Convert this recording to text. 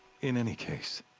in any case.